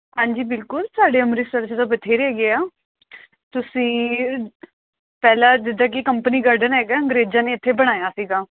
ਹਾਂਜੀ ਬਿਲਕੁਲ ਸਾਡੇ ਅੰਮ੍ਰਿਤਸਰ 'ਚ ਤਾਂ ਬਥੇਰੇ ਹੈਗੇ ਆ ਤੁਸੀਂ ਪਹਿਲਾਂ ਜਿੱਦਾਂ ਕਿ ਕੰਪਨੀ ਗਾਰਡਨ ਹੈਗਾ ਅੰਗਰੇਜ਼ਾਂ ਨੇ ਇੱਥੇ ਬਣਾਇਆ ਸੀਗਾ